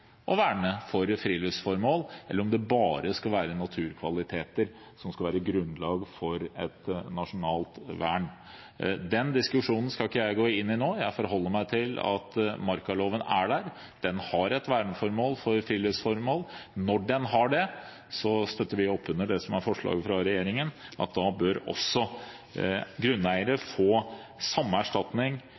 for friluftsformål, eller om det bare skal være naturkvaliteter som skal være grunnlag for et nasjonalt vern. Den diskusjonen skal ikke jeg gå inn i nå. Jeg forholder meg til at markaloven er der. Den har et verneformål for friluftsformål. Når den har det, støtter vi opp under det som er forslaget fra regjeringen, at da bør også grunneiere få samme erstatning